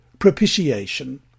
Propitiation